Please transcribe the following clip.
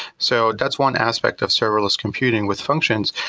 so that's one aspect of serverless computing with functions.